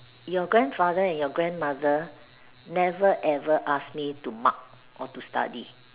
your grandfather and your grandmother never ever ask me to mug or to study